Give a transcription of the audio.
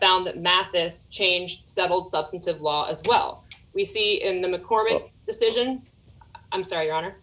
found that mathis changed settled substantive law as well we see in the mccormick decision i'm sorry your honor